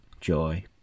joy